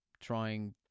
trying